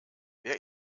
wer